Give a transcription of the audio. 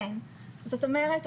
זאת אומרת,